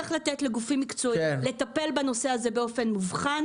צריך לתת לגופים מקצועיים לטפל בנושא הזה באופן מובחן